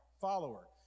follower